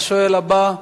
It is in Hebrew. השואל הבא,